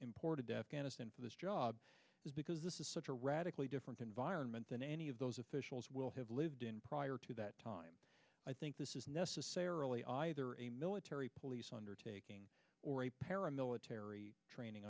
imported afghanistan for this job is because this is such a radically different environment than any of those officials will have lived in prior to that time i think this is necessarily either a military police undertaking or a paramilitary training